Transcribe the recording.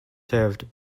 served